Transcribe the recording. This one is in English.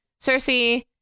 Cersei